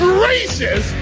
Gracious